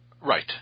Right